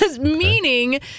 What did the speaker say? Meaning